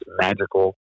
magical